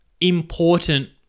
important